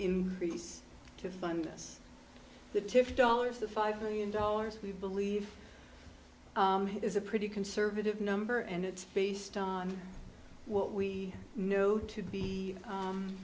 increase to fund the tiff dollars the five billion dollars we believe is a pretty conservative number and it's based on what we know to be